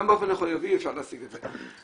גם באופן החיובי אפשר להשיג את זה.